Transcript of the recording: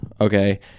okay